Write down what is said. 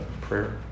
prayer